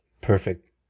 Perfect